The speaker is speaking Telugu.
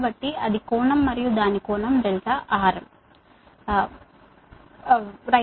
కాబట్టి అది కోణం మరియు దాని కోణం R